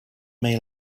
may